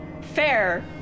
Fair